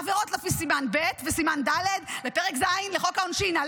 עבירות לפי סימן ב' וסימן ד' בפרק ז' לחוק העונשין,